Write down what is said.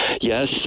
Yes